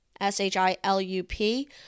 S-H-I-L-U-P